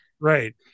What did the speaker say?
Right